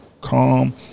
Calm